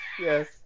Yes